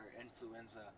influenza